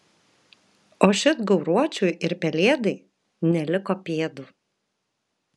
o šit gauruočiui ir pelėdai neliko pėdų